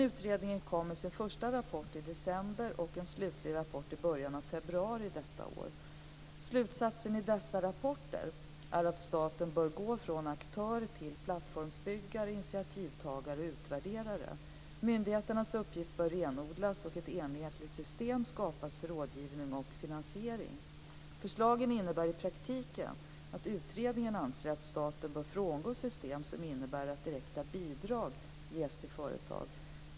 Utredningen kom med sin första rapport i december 1999 och med en slutlig rapport i början av februari 2000. Slutsatsen i dessa rapporter är att staten bör gå från aktör till plattformsbyggare, initiativtagare och utvärderare. Myndigheternas uppgifter bör renodlas och ett enhetligt system skapas för rådgivning och finansiering. Förslagen innebär i praktiken att utredningen anser att staten bör frångå system som innebär att direkta bidrag ges till företag.